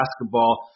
basketball